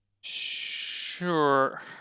Sure